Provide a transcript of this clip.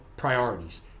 priorities